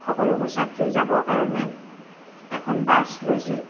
সকলোবোৰ ছাত্ৰী যাবৰ কাৰণে এখন বাছ লৈছিল